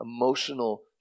emotional